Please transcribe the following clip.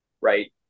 right